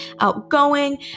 outgoing